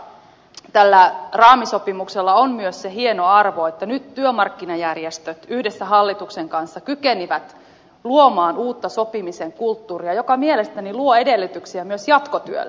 tässä minusta tällä raamisopimuksella on myös se hieno arvo että nyt työmarkkinajärjestöt yhdessä hallituksen kanssa kykenivät luomaan uutta sopimisen kulttuuria joka mielestäni luo edellytyksiä myös jatkotyölle